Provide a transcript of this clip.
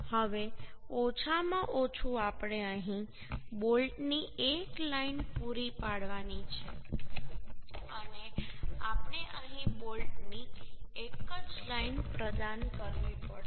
હવે ઓછામાં ઓછું આપણે અહીં બોલ્ટની એક લાઇન પૂરી પાડવાની છે અને આપણે અહીં બોલ્ટની એક જ લાઇન પ્રદાન કરવી પડશે